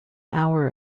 hour